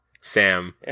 Sam